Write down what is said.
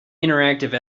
interactive